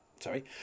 sorry